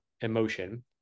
emotion